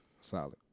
Solid